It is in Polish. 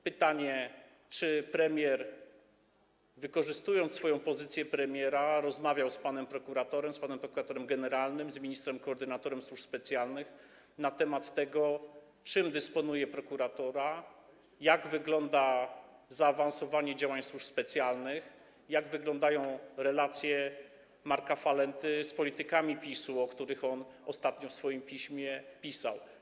Pytanie: Czy premier, wykorzystując swoją pozycję premiera, rozmawiał z panem prokuratorem, z panem prokuratorem generalnym, z ministrem koordynatorem służb specjalnych na temat tego, czym dysponuje prokuratura, jak wygląda zaawansowanie działań służb specjalnych, jak wyglądają relacje Marka Falenty z politykami PiS-u, o których on ostatnio w swoim piśmie pisał.